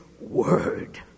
word